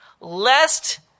lest